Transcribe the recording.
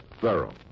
thorough